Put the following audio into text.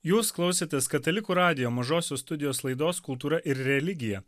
jūs klausėtės katalikų radijo mažosios studijos laidos kultūra ir religija